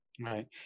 Right